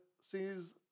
sees